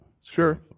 Sure